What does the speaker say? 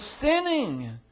sinning